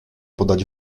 podać